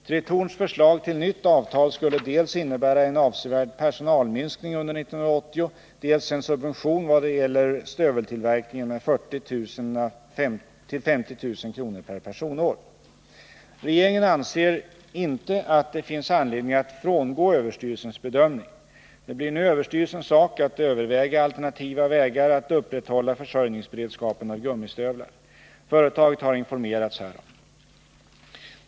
Tretorns förslag till nytt avtal skulle dels innebära en avsevärd personalminskning under 1980, dels en subvention vad gäller stöveltillverkningen med 40 000-50 000 kr. per personår. Regeringen anser inte att det finns anledning att frångå överstyrelsens bedömning. Det blir nu överstyrelsens sak att överväga alternativa vägar att upprätthålla försörjningsberedskapen när det gäller gummistövlar. Företaget har informerats härom.